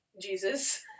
Jesus